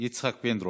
יצחק פינדרוס.